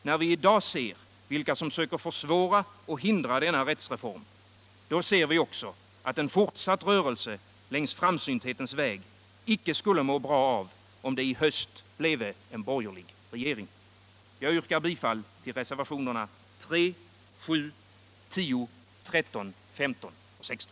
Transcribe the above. När vi i dag ser vilka som söker försvåra och hindra denna rättsreform — då ser vi också att en fortsatt rörelse längs framsynthetens väg icke skulle må bra av om det i höst bleve en borgerlig regering. Jag yrkar bifall till reservationerna 3, 7, 10, 13, 15 och 16.